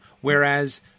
Whereas